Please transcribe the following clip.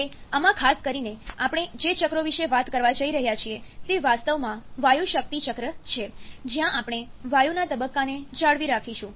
હવે આમાં ખાસ કરીને આપણે જે ચક્રો વિશે વાત કરવા જઈ રહ્યા છીએ તે વાસ્તવમાં વાયુ શક્તિ ચક્ર છે જ્યાં આપણે વાયુના તબક્કાને જાળવી રાખીશું